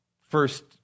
first